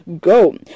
go